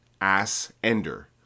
ass-ender